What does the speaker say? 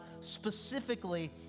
specifically